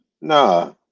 Nah